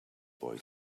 boy